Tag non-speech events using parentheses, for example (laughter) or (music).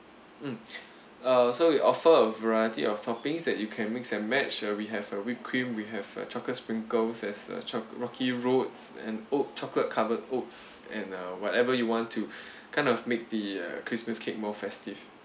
mm (breath) uh so we offer a variety of toppings that you can mix and match uh we have uh whip cream we have uh chocolate sprinkles as uh choc~ rocky roads and oat chocolate covered oats and uh whatever you want to (breath) kind of make the err christmas cake more festive